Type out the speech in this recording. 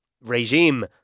regime